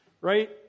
Right